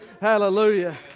hallelujah